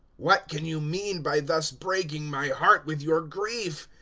what can you mean by thus breaking my heart with your grief?